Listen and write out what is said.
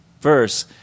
verse